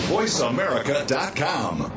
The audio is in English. VoiceAmerica.com